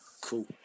Cool